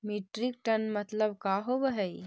Metric tonne मतलब का होव हइ?